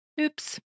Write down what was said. oops